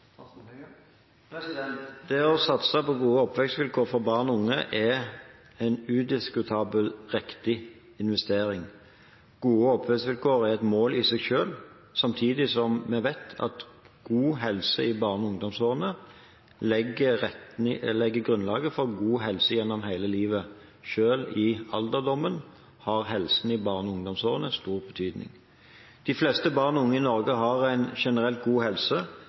Det å satse på gode oppvekstvilkår for barn og unge er udiskutabelt en riktig investering. Gode oppvekstvilkår er et mål i seg selv, samtidig som vi vet at god helse i barne- og ungdomsårene legger grunnlaget for god helse gjennom hele livet – selv i alderdommen har helsen i barne- og ungdomsårene stor betydning. De fleste barn og unge i Norge har generelt en god helse,